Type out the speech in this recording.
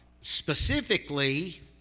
specifically